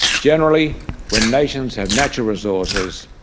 generally when nations have natural resources,